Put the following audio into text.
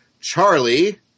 Charlie